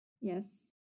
Yes